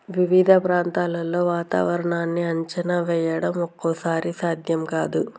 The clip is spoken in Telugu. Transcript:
వివిధ ప్రాంతాల్లో వాతావరణాన్ని అంచనా వేయడం ఒక్కోసారి సాధ్యం కాదు